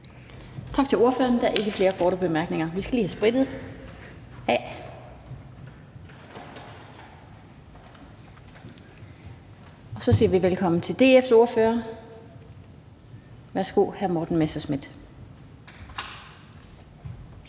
Tak til ordføreren. Der er ikke flere korte bemærkninger. Vi skal lige have sprittet af. Så siger vi velkommen til DF's ordfører. Værsgo, hr. Morten Messerschmidt.